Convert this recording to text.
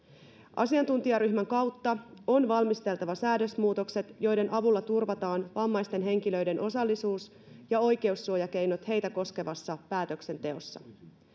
asiantuntijaryhmän kautta on valmisteltava säädösmuutokset joiden avulla turvataan vammaisten henkilöiden osallisuus ja oikeussuojakeinot heitä koskevassa päätöksenteossa